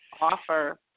offer